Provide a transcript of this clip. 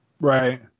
right